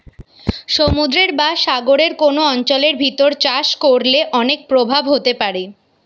সমুদ্রের বা সাগরের কোন অঞ্চলের ভিতর চাষ করলে অনেক প্রভাব হতে পারে